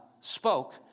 spoke